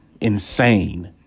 Insane